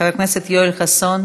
חבר הכנסת יואל חסון,